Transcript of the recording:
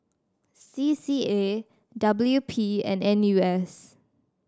C C A W P and N U S